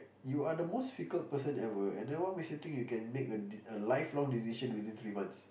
you are the most fickle person ever and then what makes you think you can make a lifelong decision within three months